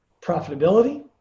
profitability